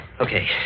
Okay